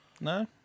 No